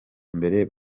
mbere